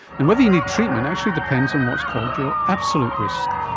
and whether you need treatment actually depends on what's called your absolute risk.